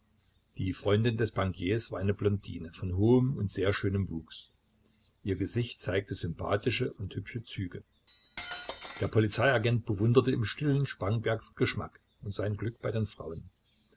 die freundin des bankiers war eine blondine von hohem und sehr schönem wuchs ihr gesicht zeigte sympathische und hübsche züge der polizei agent bewunderte im stillen spangenbergs geschmack und sein glück bei den frauen